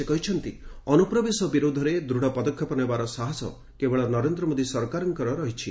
ସେ କହିଛନ୍ତି ଅନୁପ୍ରବେଶ ବିରୋଧରେ ଦୂଢ଼ ପଦକ୍ଷେପ ନେବାର ସାହସ କେବଳ ନରେନ୍ଦ୍ର ମୋଦୀ ସରକାରଙ୍କର ରହିଛି